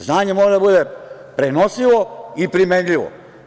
Znanje mora da bude prenosivo i primenljivo.